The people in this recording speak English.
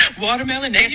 Watermelon